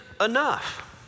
enough